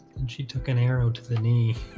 and she took an arrow to the knee